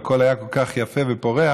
והכול היה כל כך יפה ופורח.